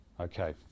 Okay